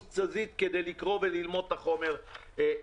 תזזית כדי ללמוד ולקרוא את החומר שוב.